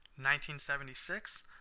1976